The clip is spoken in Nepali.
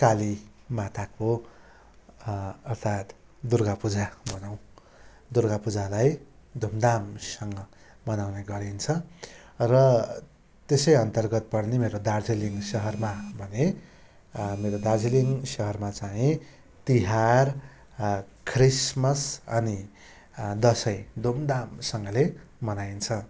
काली माताको अर्थात् दुर्गा पूजा भनौँ दुर्गा पूजालाई धुमधामसँग मनाउने गरिन्छ र त्यसै अन्तर्गत पर्ने मेरो दार्जिलिङ सहरमा भने मेरो दार्जिलिङ सहरमा चाहिँ तिहार क्रिसमस अनि दसैँ धुमधामसँगले मनाइन्छ